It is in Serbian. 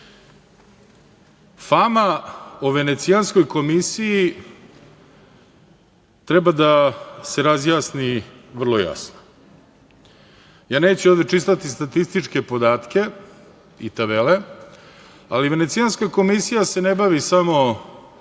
o Venecijanskoj komisiji treba da se razjasni vrlo jasno. Ja neću ovde čitati statističke podatke i tabele, ali Venecijanska komisija se ne bavi samo